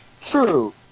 True